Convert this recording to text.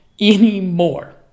anymore